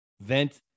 vent